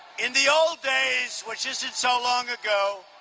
in the old days, which isn't so long ago,